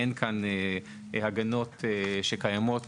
אין הגנות שקיימות